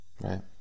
Right